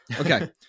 Okay